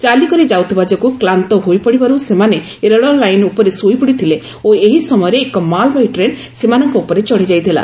ଚାଲିକରି ଯାଉଥିବା ଯୋଗୁଁ କ୍ଲାନ୍ତ ହୋଇପଡ଼ିବାରୁ ସେମାନେ ରେଳ ଲାଇନ୍ ଉପରେ ଶୋଇପଡ଼ିଥିଲେ ଓ ଏହି ସମୟରେ ଏକ ମାଲ୍ବାହୀ ଟ୍ରେନ୍ ସେମାନଙ୍କ ଉପରେ ଚଢ଼ି ଯାଇଥିଲା